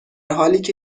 حالیکه